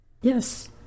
Yes